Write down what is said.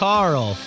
Carl